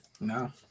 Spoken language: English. No